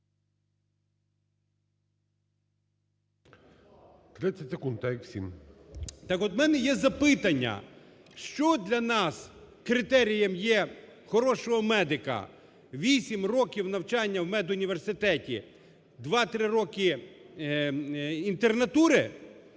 Так от в мене є запитання. Що для нас критерієм є хорошого медика – 8 років навчання в медуніверситеті, 2-3 роки інтернатури